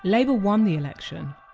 labour won the election.